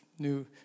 New